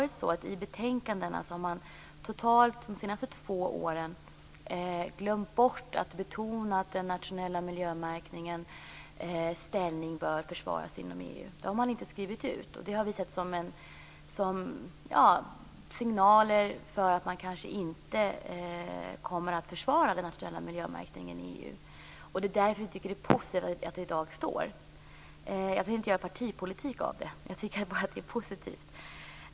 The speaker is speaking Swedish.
I betänkandena de senaste två åren har man ju totalt glömt bort att betona att den nationella miljömärkningens ställning bör försvaras inom EU. Det har man inte skrivit ut. Det har vi sett som signaler om att man kanske inte kommer att försvara den nationella miljömärkningen i EU. Det är därför vi tycker att det är positivt att det i dag står. Jag vill inte göra partipolitik av det. Jag tycker bara att det är positivt.